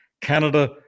Canada